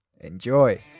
Enjoy